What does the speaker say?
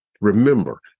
Remember